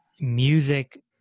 music